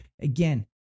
again